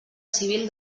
civil